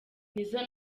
nizzo